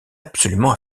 absolument